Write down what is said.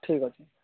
ଠିକ୍ ଅଛି